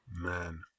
Man